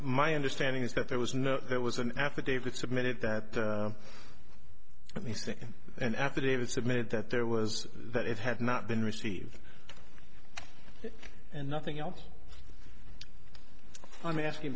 my understanding is that there was no there was an affidavit submitted that at least an affidavit submitted that there was that it had not been received and nothing else i'm asking